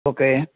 okay